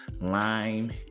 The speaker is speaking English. lime